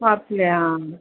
फाटल्यान